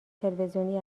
تلویزیونی